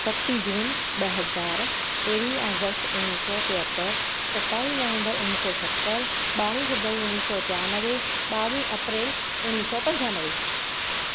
सतीं जून ॿ हज़ार तेरहीं अगस्त उणिवीह सौ टेहतरि सतावीह नवंबर उणिवीह सौ सतरि ॿारही फेबररी उणवीह सौ टियानवे ॿावीह अप्रैल उणवीह सौ पंजानवे